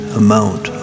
amount